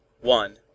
one